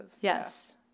Yes